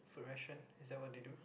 food ration is that what they do